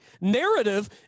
Narrative